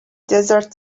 desert